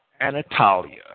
Anatolia